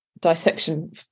dissection